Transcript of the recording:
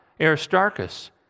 Aristarchus